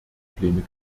probleme